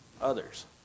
others